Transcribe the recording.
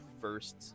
first